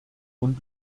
und